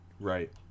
Right